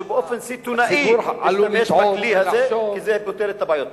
שבאופן סיטונאי השתמש בכלי הזה כי זה פותר את הבעיות.